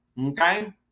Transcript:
okay